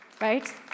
Right